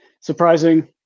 Surprising